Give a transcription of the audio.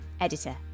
editor